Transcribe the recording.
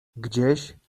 gdzieś